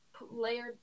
layered